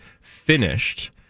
finished